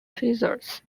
feathers